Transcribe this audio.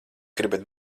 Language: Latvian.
gribat